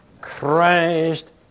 Christ